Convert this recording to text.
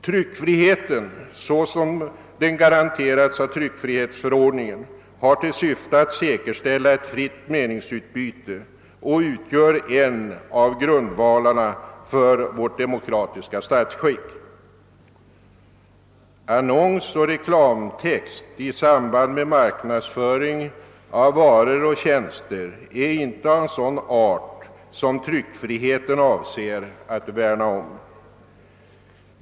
Tryckfriheten, såsom den garanteras av tryckfrihetsförordningen, har till syfte att säkerställa ett fritt meningsutbyte och utgör en av grundvalarna för vårt demokratiska statsskick. Annonsoch reklamtext i samband med marknadsföring av varor och tjänster är inte av sådan art, som tryckfriheten avser att värna om.